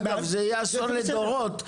אגב, זה יעזור לדורות.